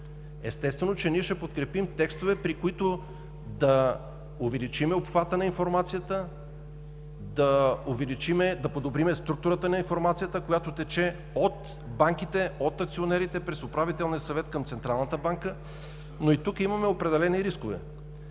естествено, ще подкрепим текстове, при които да увеличим обхвата на информацията, да подобрим структурата на информацията, която тече от банките, от акционерите през Управителния съвет към Централната банка, но и тук имаме определени рискове.